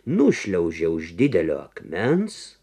nušliaužė už didelio akmens